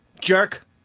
jerk